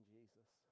Jesus